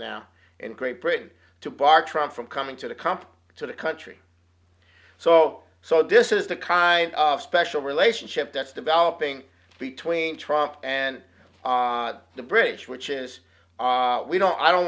now in great britain to bartram from coming to the comp to the country so so this is the kind of special relationship that's developing between trump and the bridge which is we don't i don't